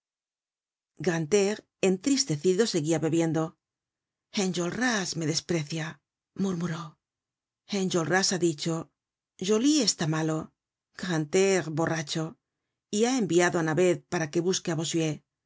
grantaire entristecido seguia bebiendo enjolras me desprecia murmuró enjolras ha dicho joly está malo grantaire borracho y ha enviado á navet para que busque á bossuet si